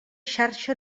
xarxa